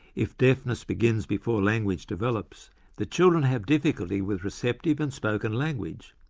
if deafness begins before language develops, the children have difficulty with receptive and spoken language,